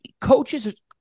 coaches